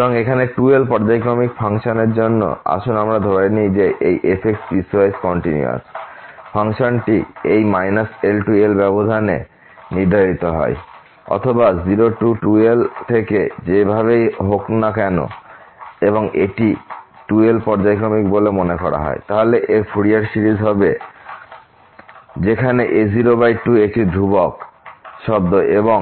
সুতরাং এখানে 2l পর্যায়ক্রমিক ফাংশনের জন্য আসুন আমরা ধরে নিই যে এই f পিসওয়াইস কন্টিনিউয়াস ফাংশনটি এই l l ব্যবধানে নির্ধারিত হয় অথবা 02l থেকে যেভাবেইহোক না কেন এবং এটি 2l পর্যায়ক্রমিক বলে মনে করা হয় তাহলে এর ফুরিয়ার সিরিজ হবে a02k1akcos kπxl bksin kπxl যেখানে a02 একটি ধ্রুবক শব্দ এবং